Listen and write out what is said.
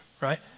right